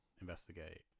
Investigate